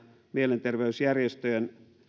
mielenterveysjärjestöjen